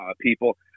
people